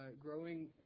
growing